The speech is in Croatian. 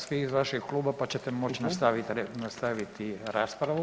Svi iz vašeg kluba pa ćete moći nastaviti raspravu.